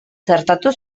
txertatu